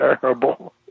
terrible